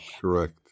correct